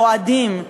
רועדים,